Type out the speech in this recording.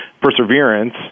perseverance